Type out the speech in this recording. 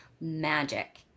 magic